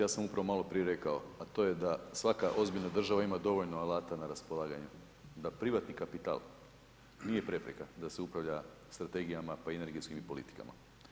Ja sam upravo maloprije rekao, a to je da svaka ozbiljna država ima dovoljno alata na raspolaganje da privatni kapital nije prepreka da se upravlja strategijama pa i energetskim politikama.